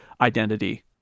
identity